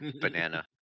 Banana